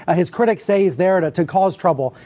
ah his critics say he's there to to cause trouble,